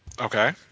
Okay